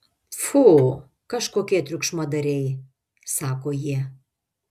pfu kažkokie triukšmadariai sako jie